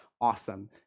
awesome